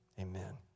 amen